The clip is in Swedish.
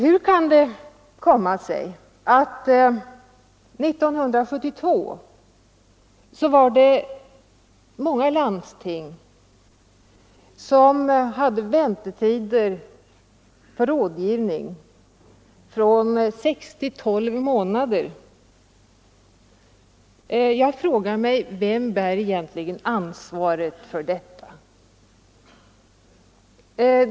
Hur kan det komma sig att det 1972 var många landsting som hade väntetider för rådgivning på sex till tolv månader? Vem bär egentligen ansvaret för detta?